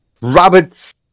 rabbits